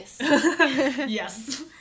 yes